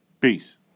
Peace